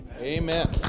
Amen